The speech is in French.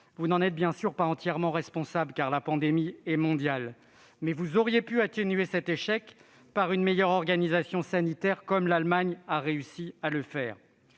vous n'en êtes bien sûr pas entièrement responsable, car la pandémie est mondiale, mais vous auriez pu atténuer cet échec par une meilleure organisation sanitaire, comme l'Allemagne a réussi à le faire.